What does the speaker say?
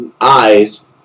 eyes